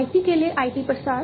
IT के लिए IT प्रसार